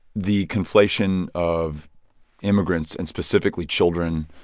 the conflation of immigrants, and specifically children,